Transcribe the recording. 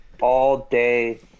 all-day